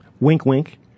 wink-wink